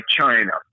China